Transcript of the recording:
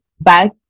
back